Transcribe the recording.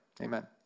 Amen